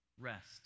rest